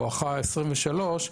בואכה 23',